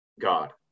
god